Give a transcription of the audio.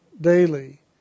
daily